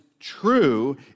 True